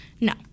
No